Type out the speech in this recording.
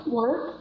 work